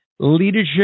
leadership